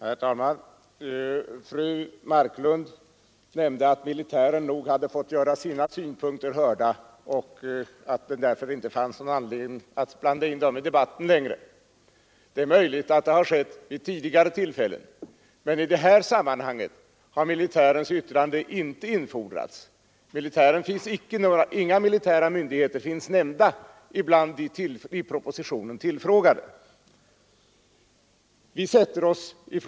Herr talman! Fru Marklund sade att militären nog hade fått göra sina synpunkter hörda och att det därför inte fanns någon anledning att blanda in den i debatten längre. Det är möjligt att det har skett vid tidigare tillfällen, men i det här sammanhanget har militärens yttrande inte infordrats. Inga militära myndigheter finns nämnda i propositionen bland de tillfrågade.